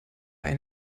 ein